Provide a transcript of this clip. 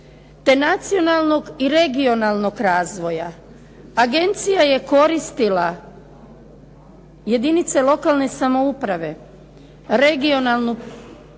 te nacionalnog i regionalnog razvoja. Agencija je koristila jedinice lokalne samouprave, regionalnu